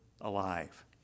alive